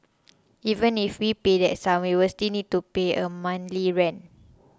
even if we pay that sum we will still need to pay a monthly rent